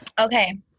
okay